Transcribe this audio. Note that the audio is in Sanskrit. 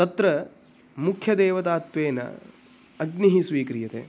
तत्र मुख्यदेवतात्वेन अग्निः स्वीक्रियते